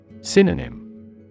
Synonym